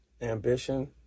ambition